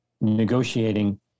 negotiating